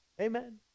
amen